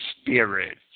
spirit